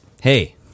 Hey